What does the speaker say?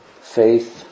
faith